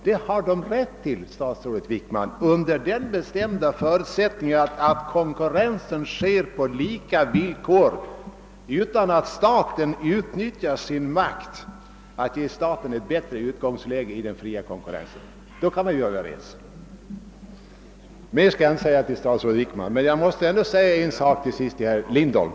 Det har ni rätt att försöka göra, men det skall ske under den bestämda förutsättningen, att konkurrensen sker på lika villkor och utan att staten utnyttjar sin makt att ge staten ett bättre utgångsläge i den fria konkurrensen. Mer skall jag inte säga till statsrådet Wickman. Jag måste emellertid till sist också säga ett par ord till herr Lindholm.